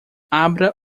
abra